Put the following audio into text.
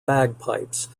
bagpipes